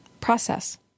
process